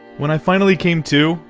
when i finally came to,